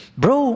bro